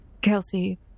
Kelsey